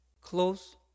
Close